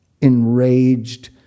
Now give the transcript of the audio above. enraged